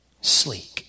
sleek